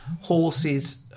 horses